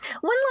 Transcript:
One